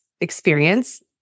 experience